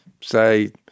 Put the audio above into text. say